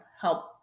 help